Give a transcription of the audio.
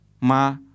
ma